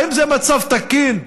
האם זה מצב תקין?